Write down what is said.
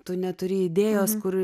tu neturi idėjos kur